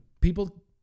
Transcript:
people